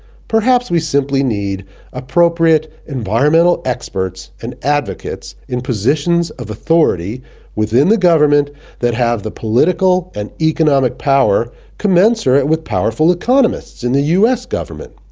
perhaps we simply need appropriate environmental experts and advocates in positions of authority within the government that have political and economic power commensurate with powerful economists in the us government.